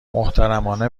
محترمانه